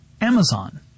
Amazon